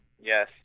Yes